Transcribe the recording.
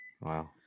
wow